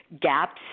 gaps